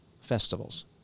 festivals